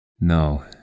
No